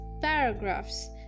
paragraphs